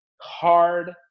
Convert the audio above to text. hard